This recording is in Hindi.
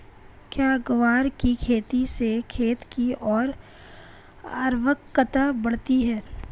क्या ग्वार की खेती से खेत की ओर उर्वरकता बढ़ती है?